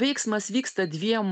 veiksmas vyksta dviem